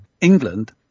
England